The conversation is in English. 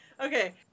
Okay